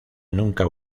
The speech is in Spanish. nunca